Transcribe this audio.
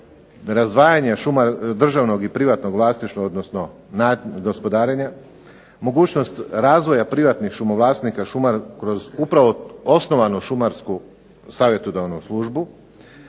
razdvajanje državnog i privatnog vlasništva odnosno gospodarenja, mogućnost razvoja privatnih šumovlasnika kroz upravo osnovanu šumarsku savjetodavnu službu,